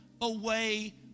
away